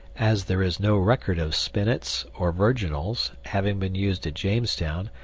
as there is no record of spinets, or virginals, having been used at jamestown,